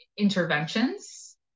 interventions